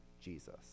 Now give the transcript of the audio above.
Jesus